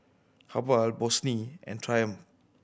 Habhal Bossini and Triumph